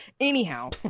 Anyhow